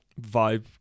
vibe